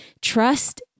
trust